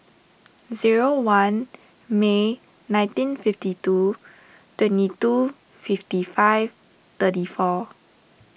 zero one May nineteen fifty two twenty two fifty five thirty four